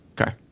Okay